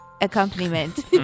accompaniment